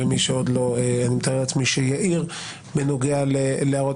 ומי שעוד לא אני מתאר לעצמי שיעיר בנוגע להערות.